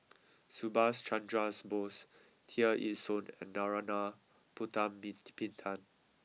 Subhas Chandra Bose Tear Ee Soon and Narana Putumaippittan